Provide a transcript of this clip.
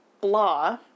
blah